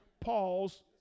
Paul's